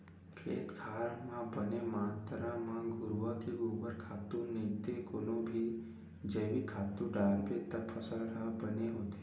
खेत खार म बने मातरा म घुरूवा के गोबर खातू नइते कोनो भी जइविक खातू डारबे त फसल ह बने होथे